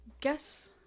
Guess